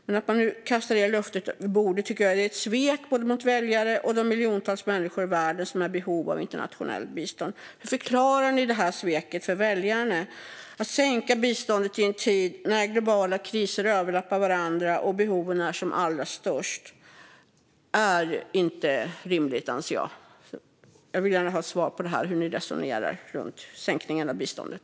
Att detta löfte nu kastas över bord tycker jag är ett svek både mot väljarna och mot de miljontals människor i världen som är i behov av internationellt bistånd. Hur förklarar ni detta svek för väljarna? Att sänka biståndet i en tid då globala kriser överlappar varandra och behoven är som allra störst är inte rimligt, anser jag. Jag vill gärna ha ett svar på hur ni resonerar om sänkningarna av biståndet.